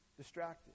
distracted